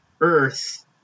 Earth